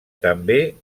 també